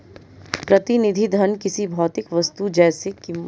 प्रतिनिधि धन किसी भौतिक वस्तु जैसे कीमती धातुओं द्वारा समर्थित होती है